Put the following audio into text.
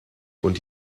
und